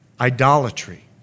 idolatry